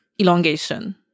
elongation